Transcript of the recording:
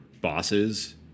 bosses